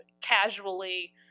casually